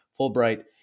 Fulbright